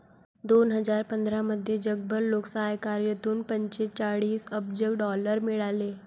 दोन हजार पंधरामध्ये जगभर लोकसहकार्यातून पंचेचाळीस अब्ज डॉलर मिळाले